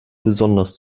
besonders